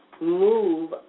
move